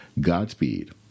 Godspeed